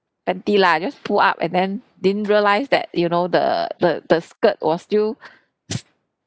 panty lah just pull up and then didn't realise that you know the the the skirt was still